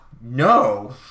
no